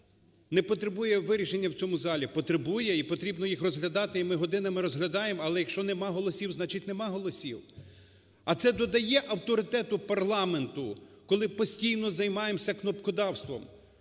не потребує вирішення в цьому залі. Потребує і потрібно їх розглядати і ми годинами розглядаємо, але якщо нема голосів, значить нема голосів. А це додає авторитету парламенту, коли постійно займаємося кнопкодавством?